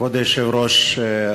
כבוד היושב-ראש,